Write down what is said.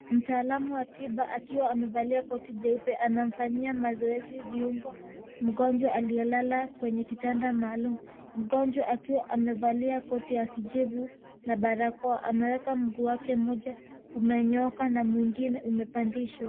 Mtaalamu wa tiba, akiwa amevalia koti jeupe, anamfanyia mazoezi viungo, mgonjwa aliyelala kwenye kitanda maalum. Mgonjwa akiwa amevalia koti ya kijivu na balakoa, ameweka mguu wake mmoja, umenyooka na mwingine umepandishwa.